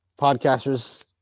podcasters